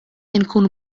inkun